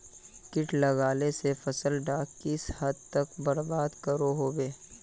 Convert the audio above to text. किट लगाले से फसल डाक किस हद तक बर्बाद करो होबे?